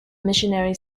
missionary